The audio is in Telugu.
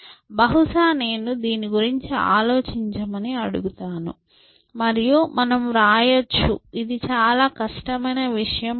బహుశా నేను దీని గురించి ఆలోచించమని అడుగుతాను మరియు మనము వ్రాయచ్చు ఇది చాలా కష్టమైన విషయం కాదు